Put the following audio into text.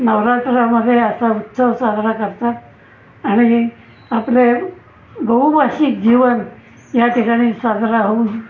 नवरात्रामध्ये असा उत्सव साजरा करतात आणि आपले बहुभाषिक जीवन या ठिकाणी साजरा होऊन